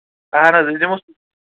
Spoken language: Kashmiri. اَہَن حظ أسۍ دِمو